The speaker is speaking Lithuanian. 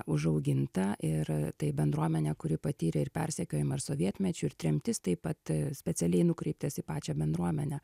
užauginta ir tai bendruomenė kuri patyrė ir persekiojimą ir sovietmečiu ir tremtis taip pat specialiai nukreiptas į pačią bendruomenę